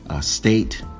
state